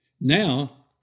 Now